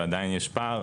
ועדיין יש פער.